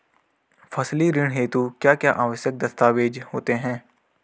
फसली ऋण हेतु क्या क्या आवश्यक दस्तावेज़ होते हैं?